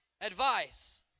advice